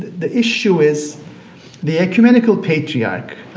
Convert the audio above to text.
the issue is the ecumenical patriarch